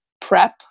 prep